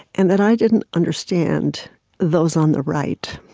and that i didn't understand those on the right,